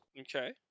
Okay